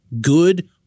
Good